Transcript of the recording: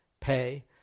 pay